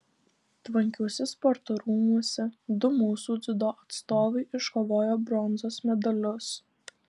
tvankiuose sporto rūmuose du mūsų dziudo atstovai iškovojo bronzos medalius